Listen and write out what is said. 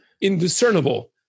indiscernible